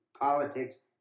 politics